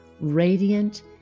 radiant